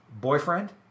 Boyfriend